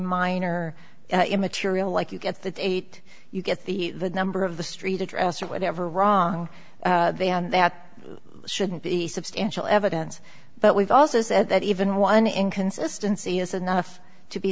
minor material like you get the date you get the number of the street address or whatever wrong and that shouldn't be substantial evidence but we've also said that even one inconsistency is enough to be